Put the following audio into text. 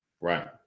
Right